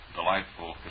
delightful